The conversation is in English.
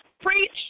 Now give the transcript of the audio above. Preach